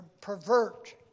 pervert